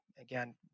again